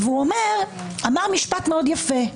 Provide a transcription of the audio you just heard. ואמר משפט מאוד יפה: